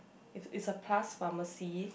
it's it's a plus pharmacy